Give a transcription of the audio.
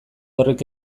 horrek